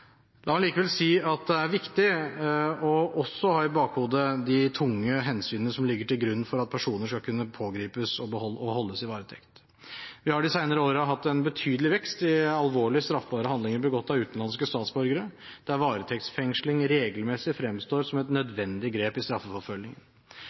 La meg likevel si at det er viktig også å ha i bakhodet de tunge hensynene som ligger til grunn for at personer skal kunne pågripes og holdes i varetekt. Vi har de senere årene hatt en betydelig vekst i alvorlige, straffbare handlinger begått av utenlandske statsborgere, der varetektsfengsling regelmessig fremstår som et